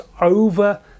over